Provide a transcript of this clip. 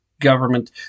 government